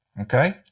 okay